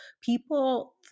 People